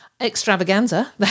Extravaganza